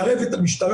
לערב את המשטרה.